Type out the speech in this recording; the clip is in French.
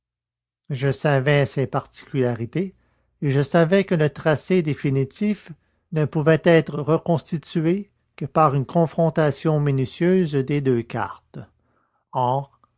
je savais ces particularités et je savais que le tracé définitif ne pouvait être reconstitué que par une confrontation minutieuse des deux cartes or